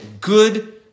good